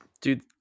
dude